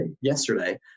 yesterday